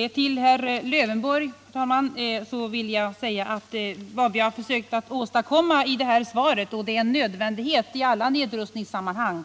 Herr talman! Till Alf Lövenborg vill jag säga att vad jag har försökt åstadkomma i svaret är — och det är en nödvändighet i alla nedrustningssammanhang